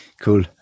Cool